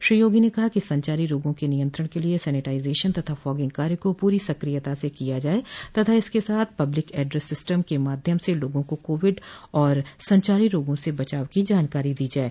श्री योगी ने कहा संचारी रोगों के नियंत्रण के लिए सैनिटाइजेशन तथा फॉगिंग कार्य को पूरी सक्रियता से किया जाये इसके साथ ही पब्लिक एड्रस सिस्टम के माध्यम से लोगों को कोविड तथा संचारो रोगों से बचाव की जानकारी दी जाये